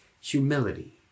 humility